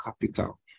capital